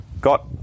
got